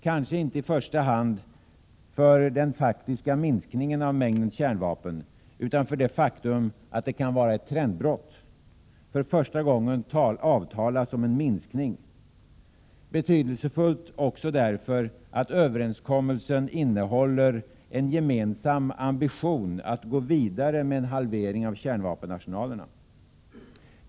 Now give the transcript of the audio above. Kanske inte i första hand för den faktiska minskningen av mängden kärnvapen utan för det faktum att det kan vara ett trendbrott. För första gången avtalas om en minskning. Det är betydelsefullt också därför att överenskommelsen innehåller en gemensam ambition att gå vidare med en halvering av kärnvapenarsenalerna.